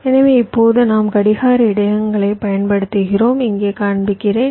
எனவே இப்போது நாம் கடிகார இடையகங்களைப் பயன்படுத்துகிறோம் இங்கே காண்பிக்கிறேன்